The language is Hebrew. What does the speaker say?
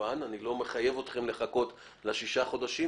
אני לא מחייב אתכם לחכות שישה חודשים.